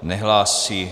Nehlásí.